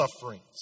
sufferings